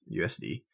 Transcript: USD